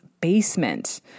basement